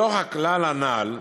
מתוך הנ"ל,